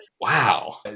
Wow